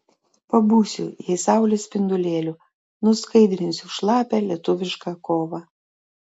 pabūsiu jai saulės spindulėliu nuskaidrinsiu šlapią lietuvišką kovą